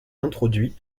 introduits